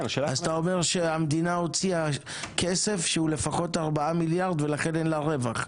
אתה אומר שהמדינה הוציאה כסף שהוא לפחות 4 מיליארד ולכן אין לה רווח.